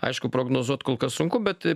aišku prognozuot kol kas sunku bet